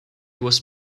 was